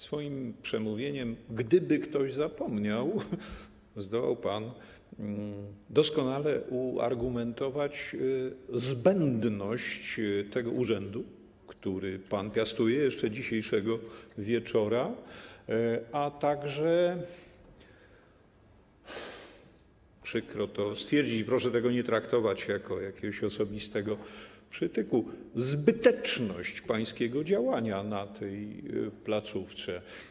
Swoim przemówieniem, gdyby ktoś zapomniał, zdołał pan doskonale uargumentować zbędność tego urzędu, który pan piastuje jeszcze dzisiejszego wieczora, a także - przykro to stwierdzić i proszę tego nie traktować jako jakiegoś osobistego przytyku - zbyteczność pańskiego działania na tej placówce.